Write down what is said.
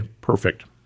Perfect